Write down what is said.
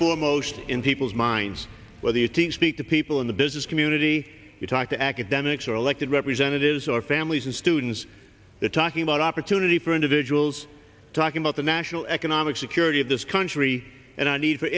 foremost in people's minds whether to speak to people in the business community to talk to academics or elected representatives or families and students the talking about opportunity for individuals talking about the national economic security of this country and i need